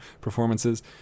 performances